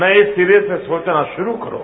नये सिरे से सोचना शुरू करो